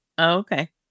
Okay